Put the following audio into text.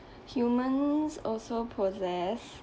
humans also possess